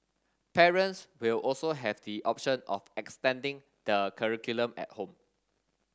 parents will also have the option of extending the curriculum at home